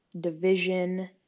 division